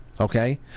okay